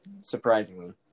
Surprisingly